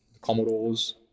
Commodores